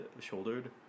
shouldered